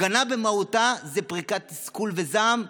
הפגנה במהותה היא פריקת תסכול וזעם.